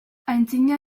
antzina